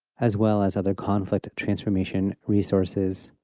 as well as other conflict transformation resources.